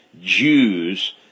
Jews